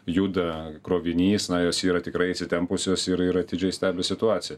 juda krovinys na jos yra tikrai įsitempusios ir ir atidžiai stebi situaciją